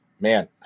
man